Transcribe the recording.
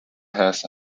has